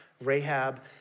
Rahab